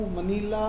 Manila